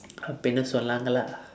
அப்படினு சொன்னாங்களா:appadinu sonnaangkalaa